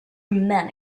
men